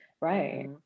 right